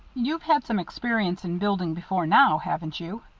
you've had some experience in building before now, haven't you?